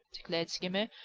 declared skimmer,